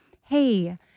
hey